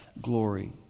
glory